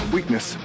Weakness